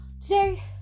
Today